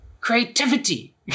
Creativity